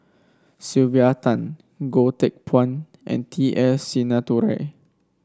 Sylvia Tan Goh Teck Phuan and T S Sinnathuray